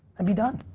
and be done.